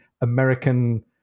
American